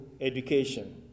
education